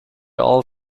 all